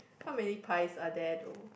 how many pies are there though